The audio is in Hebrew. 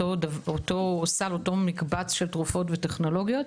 אותו מקבץ של תרופות וטכנולוגיות